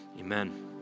amen